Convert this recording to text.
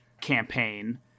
campaign